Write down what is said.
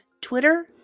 Twitter